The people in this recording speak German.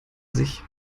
sich